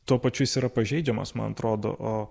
tuo pačiu jis yra pažeidžiamas man atrodo o